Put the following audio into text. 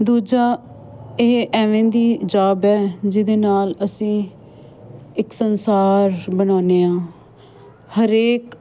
ਦੂਜਾ ਇਹ ਐਵੇਂ ਦੀ ਜੋਬ ਹੈ ਜਿਹਦੇ ਨਾਲ ਅਸੀਂ ਇੱਕ ਸੰਸਾਰ ਬਣਾਉਦੇ ਹਾਂ ਹਰੇਕ